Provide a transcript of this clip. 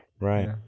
Right